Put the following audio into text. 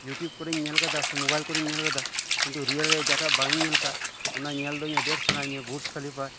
U tube ᱠᱚᱨᱮᱧ ᱧᱮᱞ ᱟᱠᱟᱫᱟ ᱥᱮ ᱢᱚᱵᱟᱭᱤᱞ ᱠᱚᱨᱮᱧ ᱧᱮᱞ ᱟᱠᱟᱫᱟ ᱠᱤᱱᱛᱩ ᱨᱤᱭᱮᱞ ᱨᱮ ᱡᱟᱦᱟᱸᱴᱟᱜ ᱵᱟᱝᱤᱧ ᱧᱮᱞ ᱠᱟᱫ ᱚᱱᱟ ᱧᱮᱞ ᱫᱚ ᱟᱰᱤ ᱟᱸᱴ ᱥᱟᱱᱟᱧᱟ ᱵᱩᱨᱡᱽ ᱠᱷᱚᱞᱤᱯᱷᱟ